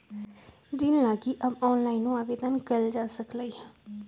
ऋण लागी अब ऑनलाइनो आवेदन कएल जा सकलई ह